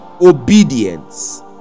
obedience